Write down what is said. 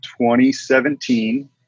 2017